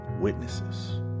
witnesses